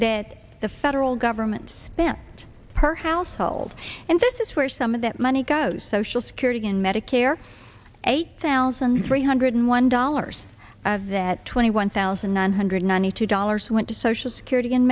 that the federal government spent per household and this is where some of that money goes social security and medicare eight thousand three hundred one dollars of that twenty one thousand nine hundred ninety two dollars went to social security and